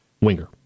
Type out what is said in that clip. Winger